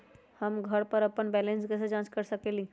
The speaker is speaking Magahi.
हम घर पर अपन बैलेंस कैसे जाँच कर सकेली?